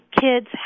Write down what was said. kids